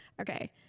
Okay